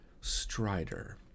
strider